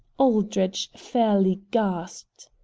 aldrich fairly gasped.